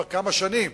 כבר כמה שנים,